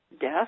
death